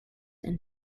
and